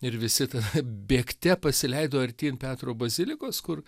ir visi tada bėgte pasileido artyn petro bazilikos kur